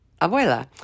abuela